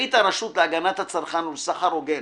רשאית הרשות להגנת הצרכן ולסחר הוגן